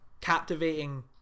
captivating